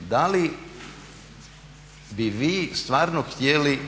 Da li bi vi stvarno htjeli